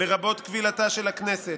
לרבות כבילתה של הכנסת.